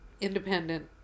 independent